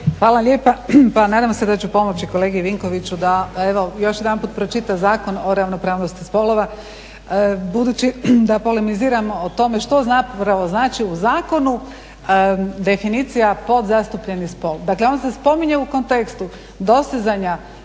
Hvala lijepa. Pa nadam se da ću pomoći kolegi Vinkoviću da evo još jedanput pročita Zakon o ravnopravnosti spolova, budući da polemiziramo o tome što zapravo znači u zakonu definicija podzastupljeni spol. Dakle on se spominje u kontekstu dostizanja